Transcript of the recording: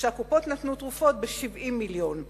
והקופות נתנו תרופות ב-70 מיליון שקל.